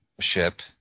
ship